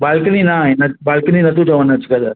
balcony न आहे न बालकनी न थियूं ठहनि अॼुकल्ह